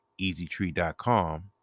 easytree.com